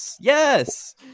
yes